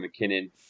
McKinnon